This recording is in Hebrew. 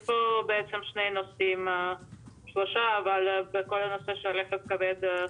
יש פה בעצם שניים-שלושה נושאים בכל הנושא של רכב כבד,